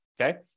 okay